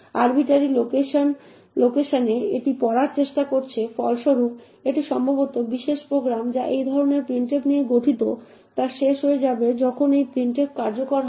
arbitrary location যা এটি পড়ার চেষ্টা করছে ফলস্বরূপ এটি সম্ভবত বিশেষ প্রোগ্রাম যা এই ধরনের printf নিয়ে গঠিত তা শেষ হয়ে যাবে যখন এই printf কার্যকর হয়